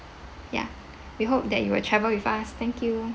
ya we hope that you will travel with us thank you